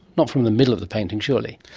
not from the middle of the painting surely?